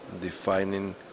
defining